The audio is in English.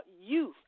youth